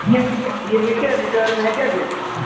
یہِ ہیٚکہِ یہِ ہیٚکیٛاہ رِٹٲرٕن ہیٚکیٛاہ گٔژھِتھ یہِ